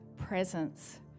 presence